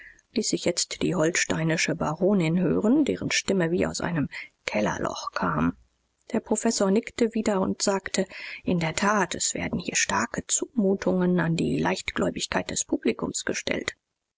ließ sich jetzt die holsteinische baronin hören deren stimme wie aus einem kellerloch kam der professor nickte wieder und sagte in der tat es werden hier starke zumutungen an die leichtgläubigkeit des publikums gestellt